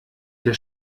der